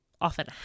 often